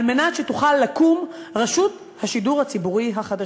כדי שתוכל לקום רשות השידור הציבורי החדשה.